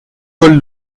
paul